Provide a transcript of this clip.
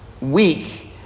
weak